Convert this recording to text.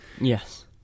yes